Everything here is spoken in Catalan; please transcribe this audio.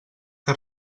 que